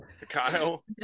Kyle